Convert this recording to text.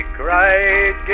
cried